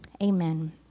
Amen